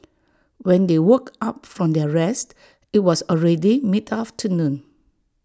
when they woke up from their rest IT was already mid afternoon